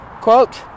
Quote